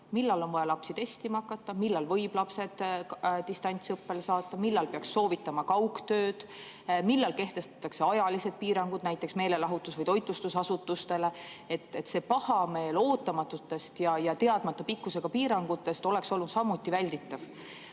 millal on vaja lapsi testima hakata, millal võib lapsed distantsõppele saata, millal peaks soovitama kaugtööd, millal kehtestatakse ajalised piirangud näiteks meelelahutus‑ või toitlustusasutustele. See pahameel ootamatutest ja teadmata pikkusega piirangutest oleks olnud samuti välditav.